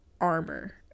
armor